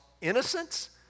innocence